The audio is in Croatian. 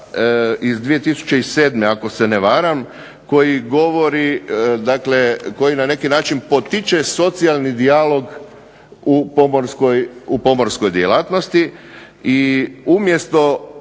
iz 2007., ako se ne varam, koji na neki način potiče socijalni dijalog u pomorskoj djelatnosti i umjesto